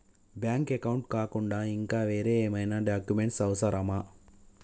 Bank account కాకుండా ఇంకా వేరే ఏమైనా డాక్యుమెంట్స్ అవసరమా?